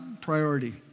priority